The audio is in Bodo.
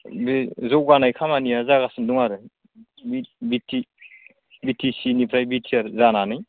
बे जौगानाय खामानिया जागासिनो दं आरो बिटिसिनिफ्राय बिटिआर जानानै